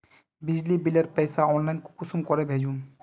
बिजली बिलेर पैसा ऑनलाइन कुंसम करे भेजुम?